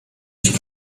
ich